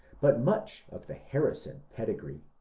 but much of the harrison pedigree.